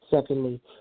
Secondly